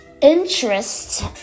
interest